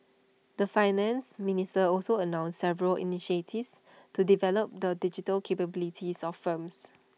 the Finance Minister also announced several initiatives to develop the digital capabilities of firms